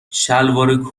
شلوار